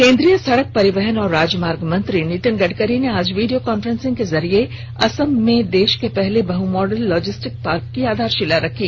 केन्द्रीय सडक परिवहन और राजमार्ग मंत्री नितीन गडकरी ने आज वीडियो कान्फ्रेंस के जरिये असम में देश के पहले बहमॉडल लॉजिस्टिक पार्क की आधारशिला रखी